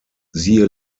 siehe